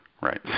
right